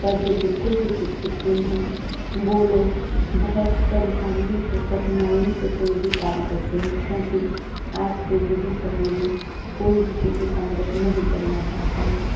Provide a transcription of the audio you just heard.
पर जो बिल्कुल भी शिक्षित नहीं हैं वो लोग बहुत परेशानियों से कठिनाइयों से कोई भी काम करते हैं क्योंकि आज के बिजी समय में कोई भी किसी का मदद नहीं करना चाहता है